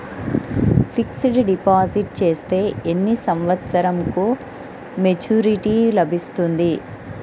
Fixed deposit చేస్తే ఎన్ని సంవత్సరంకు మెచూరిటీ లభిస్తుంది?